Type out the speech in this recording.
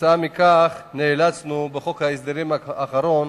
כתוצאה מכך נאלצנו בחוק ההסדרים האחרון